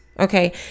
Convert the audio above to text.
Okay